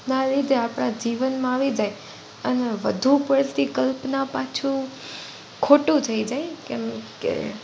ના લીધે આપણાં જીવનમાં આવી જાય અને વધુ પડતી કલ્પના પાછું ખોટું થઈ જાય કેમ કે